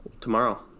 tomorrow